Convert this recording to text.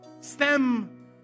stem